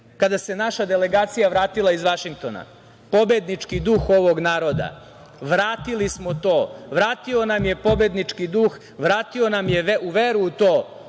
kada se naša delegacija vratila iz Vašingtona. Pobednički duh ovog naroda, vratili smo to, vratio nam je pobednički duh, vratio nam je veru u to